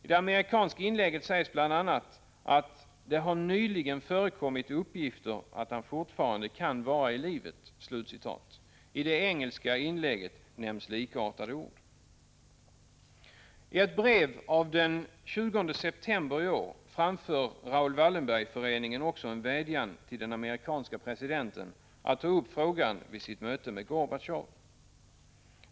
I det amerikanska inlägget sägs bl.a.: ”Det har nyligen förekommit uppgifter att han fortfarande kan vara i livet.” I det engelska inlägget nämns likartade ord. I ett brev av den 20 september i år framför Raoul Wallenberg-föreningen också en vädjan till den amerikanske presidenten att ta upp frågan vid sitt möte med Gorbatjov.